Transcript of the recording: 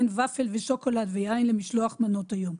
אין ופל ושוקולד למשלוח מנות היום.